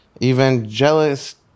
Evangelist